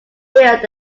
build